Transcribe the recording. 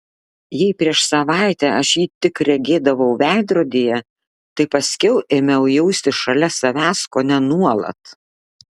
jei prieš savaitę aš jį tik regėdavau veidrodyje tai paskiau ėmiau jausti šalia savęs kone nuolat